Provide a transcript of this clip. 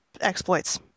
exploits